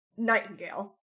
Nightingale